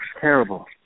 terrible